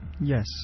Yes